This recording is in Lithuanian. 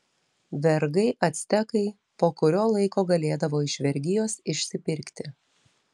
vergai actekai po kurio laiko galėdavo iš vergijos išsipirkti